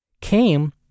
came